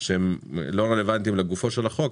שהם לא רלוונטיים לגופו של החוק,